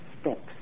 steps